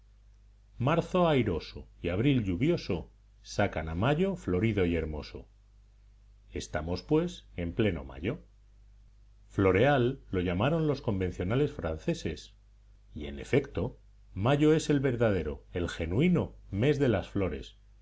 marzo airoso y abril lluvioso sacan a mayo florido y hermoso estamos pues en pleno mayo floreal lollamaron los convencionales franceses y en efecto mayo es el verdadero el genuino mes de las flores